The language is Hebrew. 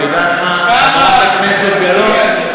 את יודעת מה, חברת הכנסת גלאון?